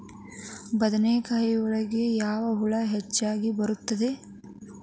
ಬದನೆಕಾಯಿ ಒಳಗೆ ಯಾವ ಹುಳ ಹೆಚ್ಚಾಗಿ ಬರುತ್ತದೆ?